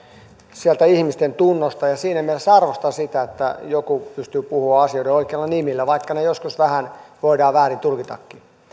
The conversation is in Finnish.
sieltä ihmisten tunnosta ja siinä mielessä arvostan sitä että joku pystyy puhumaan asioiden oikeilla nimillä vaikka ne ne joskus voidaan vähän väärin tulkitakin